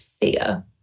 fear